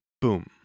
Boom